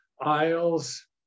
Isles